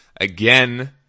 again